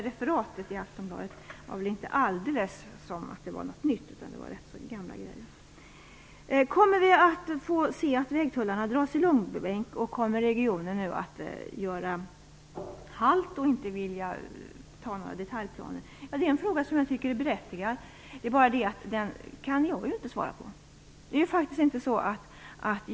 Referatet i Aftonbladet handlade ju inte om någonting nytt, utan det var rätt så gamla grejer. Kommer vägtullsförslaget nu att dras i långbänk och kommer regionen att göra halt och inte vilja anta några detaljplaner? Det är en berättigad fråga. Men den kan ju inte jag svara på.